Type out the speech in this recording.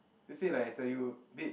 let's say like I tell you babe